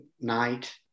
Night